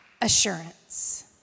assurance